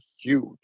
huge